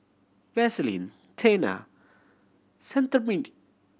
Vaselin Tena Cetrimide